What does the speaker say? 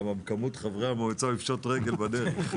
כי עם כמות חברי המועצה הוא יפשוט רגל בדרך.